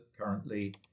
currently